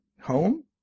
home